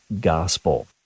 Gospel